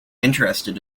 interested